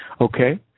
Okay